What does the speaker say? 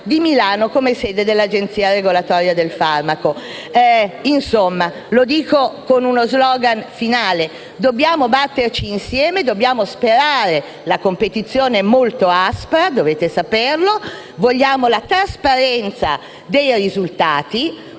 di Milano come sede dell'agenzia regolatoria europea del farmaco. Insomma, lo dico con uno *slogan* finale: dobbiamo batterci insieme e sperare. La competizione è molto aspra, dovete saperlo, e vogliamo la trasparenza dei risultati.